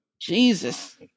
Jesus